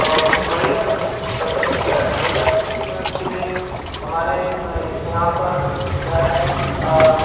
और महिला सशक्तिकरण महिला सशक्तिकरण के लिए हमारे यहाँ पर क्या है